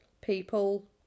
people